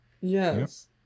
Yes